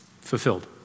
Fulfilled